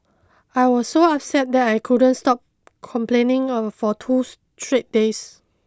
I was so upset that I couldn't stop complaining for two straight days